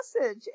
message